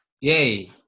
Yay